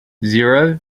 zero